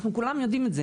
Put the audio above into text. אנחנו כולם יודעים את זה.